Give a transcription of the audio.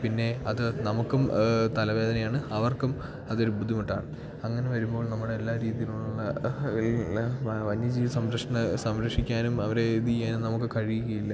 പിന്നെ അത് നമുക്കും തലവേദനയാണ് അവർക്കും അതൊരു ബുദ്ധിമുട്ടാണ് അങ്ങനെ വരുമ്പോൾ നമ്മൾല്ലാ രീതിയിലുള്ള എല്ലാ വന്യജീവി സംരക്ഷണ സംരക്ഷിക്കാനും അവരെ ഇത് ചെയ്യാനും നമുക്ക് കഴിയുകയില്ല